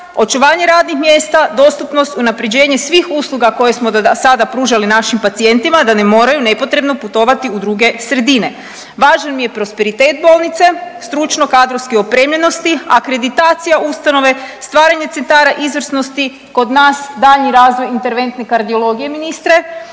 očuvanje radnih mjesta, dostupnost i unaprjeđenje svih usluga koje smo dosada pružali našim pacijentima da ne moraju nepotrebno putovati u druge sredine. Važan mi je prosperitet bolnice stručno-kadrovske opremljenosti, akreditacija ustanove, stvaranje centara izvrsnosti, kod nas daljnji razvoj interventne kardiologije ministre